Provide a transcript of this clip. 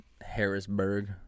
Harrisburg